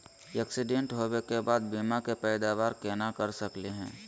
Accident होवे के बाद बीमा के पैदावार केना कर सकली हे?